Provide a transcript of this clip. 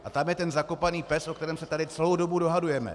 A tam je ten zakopaný pes, o kterém se tady celou dobu dohadujeme.